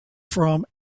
from